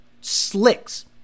slicks